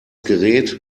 gerät